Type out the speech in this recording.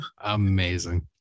Amazing